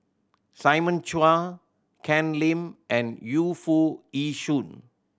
Simon Chua Ken Lim and Yu Foo Yee Shoon